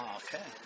okay